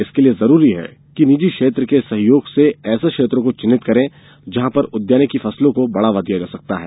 इसके लिए जरूरी है कि निजी क्षेत्र के सहयोग से ऐसे क्षेत्रों को चिन्हित करें जहाँ पर उद्यानिकी फसलों को बढ़ावा दिया जा सकता है